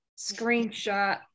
screenshot